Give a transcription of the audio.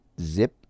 Zip